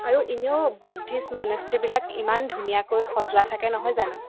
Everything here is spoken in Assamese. আৰু ইনেও বৌদ্ধিষ্ট মনেষ্ট্ৰীবিলাক ইমান ধুনীয়াকৈ সজোৱা থাকে নহয় জানো